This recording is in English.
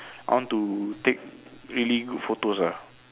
I want to take really good photos ah